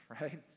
right